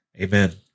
Amen